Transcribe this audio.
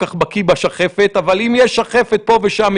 כך בקיא בשחפת אבל אם יש שחפת פה ושם,